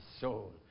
soul